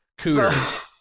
Cooter